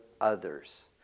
others